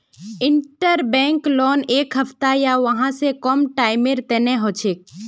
interbank loan एक हफ्ता या वहा स कम टाइमेर तने हछेक